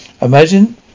Imagine